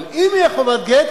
אבל אם תהיה חובת גט,